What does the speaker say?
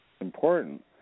important